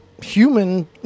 human